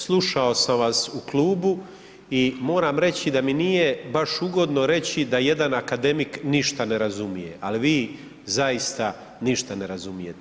Slušao sam vas u klubu i moram reći da mi nije baš ugodno reći da jedan akademik ništa ne razumije, ali vi zaista ništa ne razumijete.